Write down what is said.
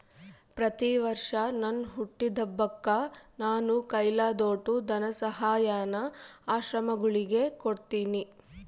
ಪ್ರತಿವರ್ಷ ನನ್ ಹುಟ್ಟಿದಬ್ಬಕ್ಕ ನಾನು ಕೈಲಾದೋಟು ಧನಸಹಾಯಾನ ಆಶ್ರಮಗುಳಿಗೆ ಕೊಡ್ತೀನಿ